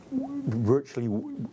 virtually